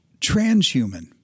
transhuman